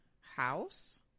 House